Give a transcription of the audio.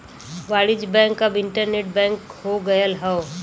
वाणिज्य बैंक अब internet bank हो गयल हौ